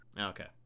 okay